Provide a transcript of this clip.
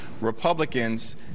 Republicans